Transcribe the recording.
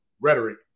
rhetoric